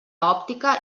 òptica